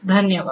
धन्यवाद